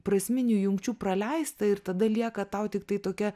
prasminių jungčių praleista ir tada lieka tau tiktai tokia